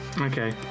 Okay